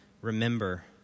Remember